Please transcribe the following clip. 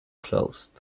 closed